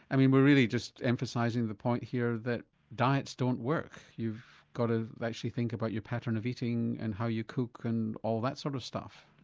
i mean we're really just emphasising the point here that diets don't work, you've got to actually think about your pattern of eating and how you cook and all that sort of stuff.